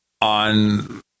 on